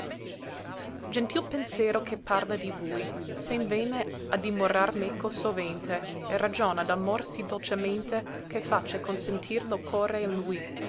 gentil pensero che parla di vui sen vene a dimorar meco sovente e ragiona d'amor sì dolcemente che face consentir lo core in lui